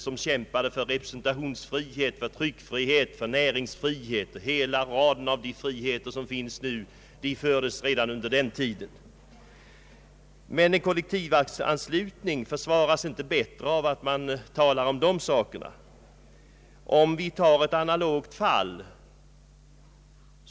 Man kämpade för representationsfrihet, för tryckfrihet, för näringsfrihet och för hela raden av de friheter som finns nu. Kollektivanslutningen försvaras dock inte bättre genom att man talar om sådana saker. Vi kan ta ett analogt fall.